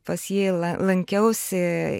pas jį la lankiausi